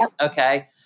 okay